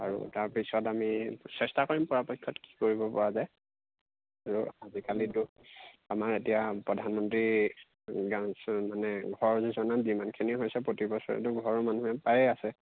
আৰু তাৰপিছত আমি চেষ্টা কৰিম পৰাপক্ষত কি কৰিব পৰা যায় আৰু আজিকালিতো আমাৰ এতিয়া প্ৰধানমন্ত্ৰী মানে ঘৰৰ যোজনা যিমানখিনি হৈছে প্ৰতিবছৰেতো ঘৰ মানুহে পায়েই আছে